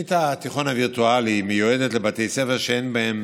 תוכנית התיכון הווירטואלי מיועדת לבתי ספר שאין בהם